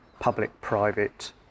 public-private